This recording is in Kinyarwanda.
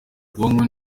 ubwonko